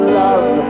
love